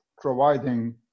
providing